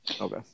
Okay